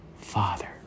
Father